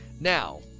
Now